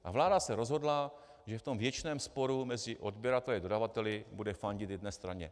A vláda se rozhodla, že v tom věčném sporu mezi odběrateli a dodavateli bude fandit jedné straně.